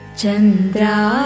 Chandra